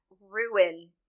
ruin